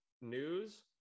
news